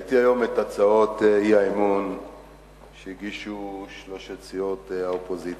ראיתי היום את הצעות האי-אמון שהגישו שלוש סיעות האופוזיציה.